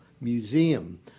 museum